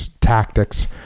tactics